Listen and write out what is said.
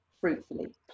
fruitfully